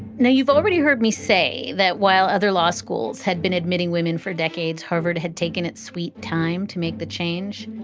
now, you've already heard me say that while other law schools had been admitting women for decades, harvard had taken its sweet time to make the change.